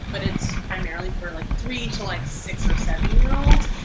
but it's primarily for like three to like six or seven year olds.